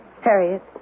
Harriet